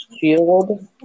shield